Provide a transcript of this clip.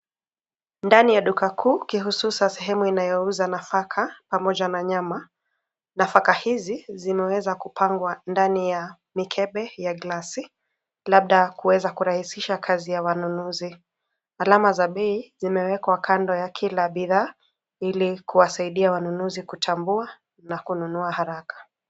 Ndani ya duka kuu kihususa sehemu inayouza nafaka pamoja na nyama. Nafaka hizi zimeweza kupangwa ndani ya mikebe ya glasi labda kuweza kurahisisha kazi ya wanunuzi. Alama za bei zimewekwa kando ya kila bidhaa ili kuwasaidia wanunuzi kutambua na kununua haraka.